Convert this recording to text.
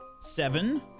Seven